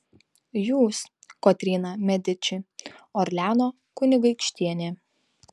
jūs kotryna mediči orleano kunigaikštienė